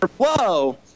Whoa